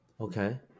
okay